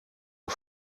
een